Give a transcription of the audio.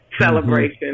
celebration